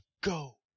go